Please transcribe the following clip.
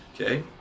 okay